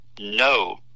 no